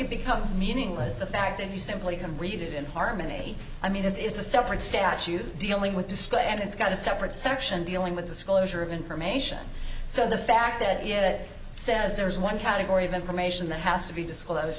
it becomes meaningless the fact that you simply can read it in harmony i mean it is a separate statute dealing with display and it's got a separate section dealing with disclosure of information so the fact that yet it says there is one category of information that has to be disclose